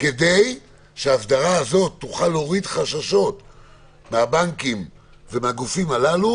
כדי שהאסדרה הזו תוכל להוריד חששות מהבנקים ומהגופים הללו